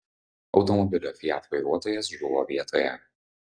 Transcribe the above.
automobilio fiat vairuotojas žuvo vietoje